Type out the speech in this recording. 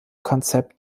konzept